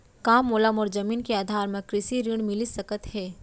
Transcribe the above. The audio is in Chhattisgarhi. का मोला मोर जमीन के आधार म कृषि ऋण मिलिस सकत हे?